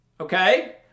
Okay